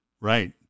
Right